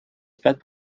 спят